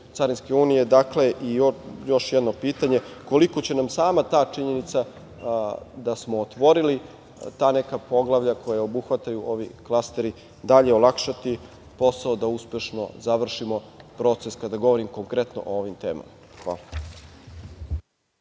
Carinske unije. Još jedno pitanje – koliko će nam sama ta činjenica da smo otvorili ta neka poglavlja koja obuhvataju ovi klasteri dalje olakšati posao da uspešno završimo proces, kada govorim konkretno o ovim temama? Hvala.